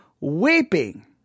weeping